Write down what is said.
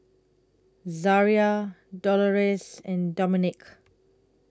Zaria Dolores and Dominick